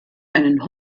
einen